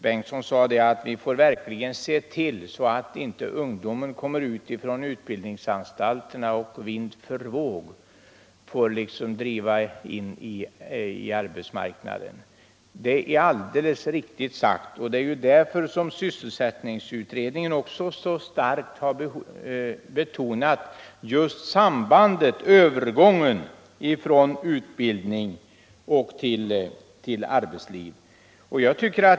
Han sade att vi måste se till att ungdomarna inte när de kommer ut från utbildningsanstalterna får vind för våg driva in på arbetsmarknaden. Det är alldeles riktigt sagt, och det är därför som sysselsättningsutredningen så starkt har betonat vikten av att man underlättar övergången från utbildningen till arbetslivet.